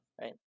right